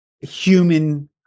human